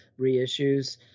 reissues